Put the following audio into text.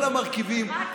כל המרכיבים,